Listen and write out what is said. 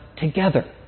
together